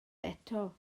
eto